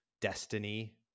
destiny